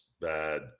bad –